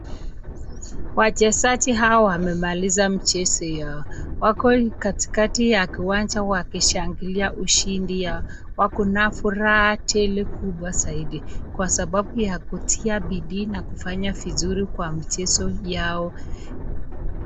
Wachezaji hawa wamemaliza mchezo yao wako katikati ya kiwanja wakishangilia ushindi yao. Wako na furaha tele kubwa zaidi kwa sababu ya kutia bidii na kufanya vizuri kwa mchezo yao.